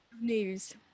news